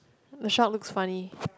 Michelle looks funny